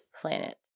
planet